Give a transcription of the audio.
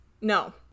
no